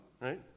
right